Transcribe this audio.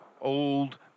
old